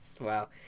Wow